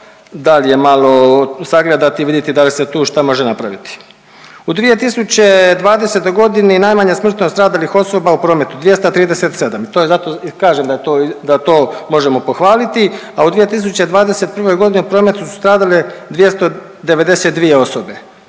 dalje malo sagledati i vidjeti da li se tu šta može napraviti. U 2020. g. najmanja smrtnost stradalih osoba u prometu, 237. To je zato, kažem da je to, da to možemo pohvaliti, a u 2021. g. u prometu su stradale 292 osobe.